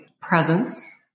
presence